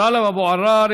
טלב אבו עראר.